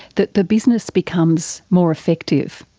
that the business becomes more effective?